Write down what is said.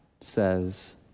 says